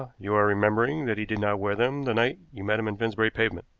you are remembering that he did not wear them the night you met him in finsbury pavement,